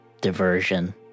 diversion